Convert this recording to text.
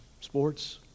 sports